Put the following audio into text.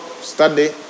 study